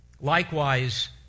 Likewise